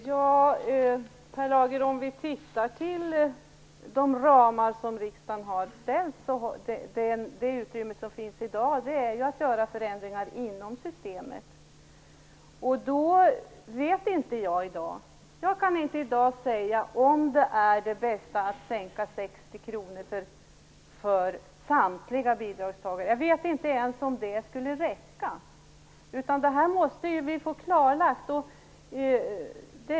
Fru talman! Om man ser till de ramar som riksdagen har fastställt, så är den möjlighet som finns i dag att göra förändringar inom systemet. Jag kan inte i dag säga om det bästa är att sänka bidraget med 60 kr för samtliga bidragstagare. Jag vet inte om det ens skulle räcka. Detta måste vi få klarlagt.